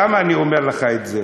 למה אני אומר לך את זה?